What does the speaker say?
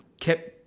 kept